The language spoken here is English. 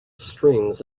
strings